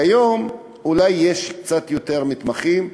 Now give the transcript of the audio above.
כיום אולי יש קצת יותר מתמחים,